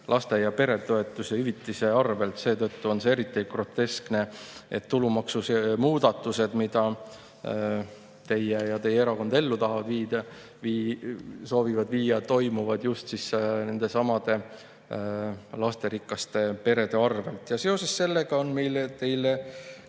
laste- ja peretoetuse ja -hüvitise arvelt. Seetõttu on see eriti groteskne, et tulumaksumuudatused, mida teie ja teie erakond ellu soovite viia, toimuvad just nendesamade lasterikaste perede arvelt. Seoses sellega on meil teile